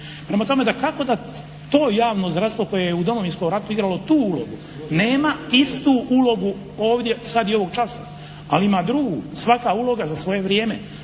Prema tome dakako da to javno zdravstvo koje je u Domovinskom ratu igralo tu ulogu nema istu ulogu ovdje sad i ovog časa, ali ima drugu, svaka uloga za svoje vrijeme.